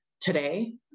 Today